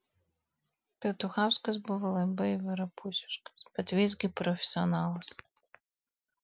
petuchauskas buvo labai įvairiapusiškas bet visgi profesionalas